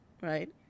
Right